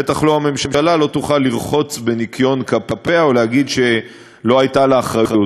בטח הממשלה לא תוכל לרחוץ בניקיון כפיה ולהגיד שלא הייתה לה אחריות.